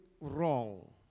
wrong